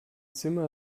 zimmer